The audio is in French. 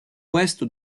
ouest